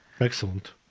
Excellent